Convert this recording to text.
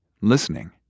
Listening